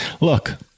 look